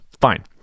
Fine